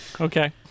Okay